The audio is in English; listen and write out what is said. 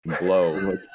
blow